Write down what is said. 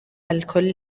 الكل